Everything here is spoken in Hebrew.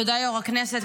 תודה, יו"ר הכנסת.